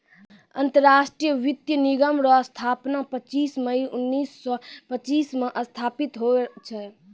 अंतरराष्ट्रीय वित्त निगम रो स्थापना पच्चीस मई उनैस सो पच्चीस मे स्थापित होल छै